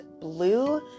blue